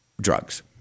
drugs